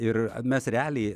ir mes realiai